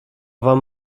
wam